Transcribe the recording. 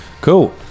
cool